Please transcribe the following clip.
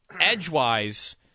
Edge-wise